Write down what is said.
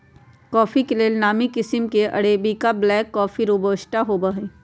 coffee के लेल नामी किशिम में अरेबिका, ब्लैक कॉफ़ी, रोबस्टा आउरो हइ